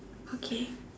okay